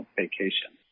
vacation